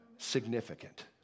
significant